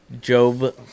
Job